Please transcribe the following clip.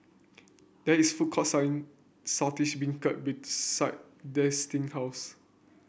there is a food court selling Saltish Beancurd beside Destin house